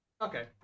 Okay